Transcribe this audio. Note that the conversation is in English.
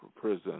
prison